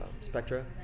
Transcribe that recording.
Spectra